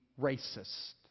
racist